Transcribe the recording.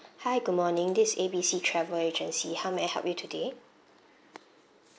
hi good morning this is A B C travel agency how may I help you today